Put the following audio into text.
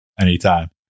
Anytime